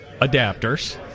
adapters